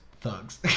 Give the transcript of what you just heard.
thugs